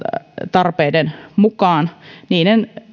tarpeiden mukaan